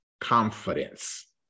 confidence